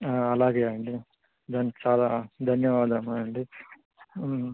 అలాగే అండి ధ చాలా ధన్యవాదాలు అండి